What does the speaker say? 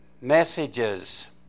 messages